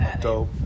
Dope